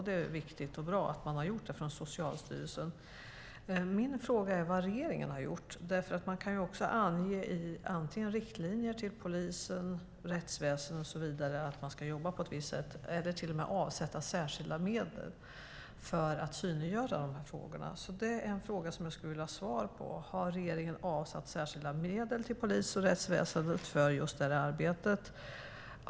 Det är viktigt och bra att man har gjort det från Socialstyrelsen. Min fråga är vad regeringen har gjort. Man kan ju också ange i riktlinjer till polisen, rättsväsen och så vidare att de ska jobba på ett visst sätt eller till och med avsätta särskilda medel för att synliggöra de frågorna. Det är en fråga som jag skulle vilja ha svar på. Har regeringen avsatt särskilda medel till polis och rättsväsen för just det här arbetet?